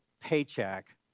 paycheck